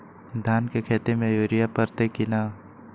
धान के खेती में यूरिया परतइ कि न?